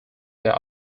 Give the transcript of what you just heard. there